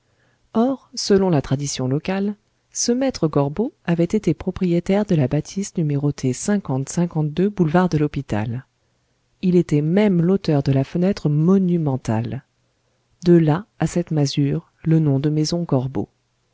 or selon la tradition locale ce maître gorbeau avait été propriétaire de la bâtisse numérotée boulevard de l'hôpital il était même l'auteur de la fenêtre monumentale de là à cette masure le nom de maison gorbeau